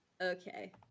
Okay